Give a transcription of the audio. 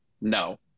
no